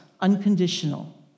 unconditional